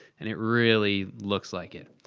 and it really looks like it.